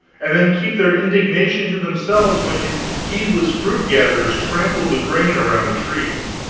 and then keep their indignation to themselves when his heedless fruit-gatherers trampled the grain around the trees